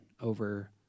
over